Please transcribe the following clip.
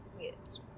Yes